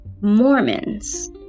Mormons